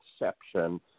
exception